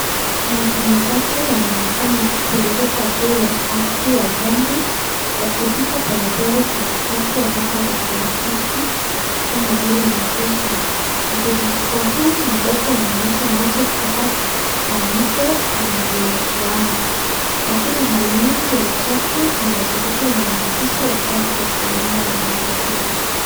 Maji machache yanaonekana ikititirika juu ya ardhi ya vumbi yakipita polepole katikati ya taka za plastiki kama vile mfuko. Mtiririko huu mdogo unaonyesha maji kutoka kwa mto ulio tuame lakini hali hii ya uchafu unaozunguka inaitisha usafi wa uasalama wa mazingira.